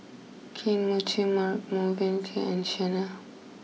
Kane Mochi Marche and Chanel